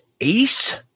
ace